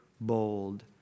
bold